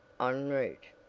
en route.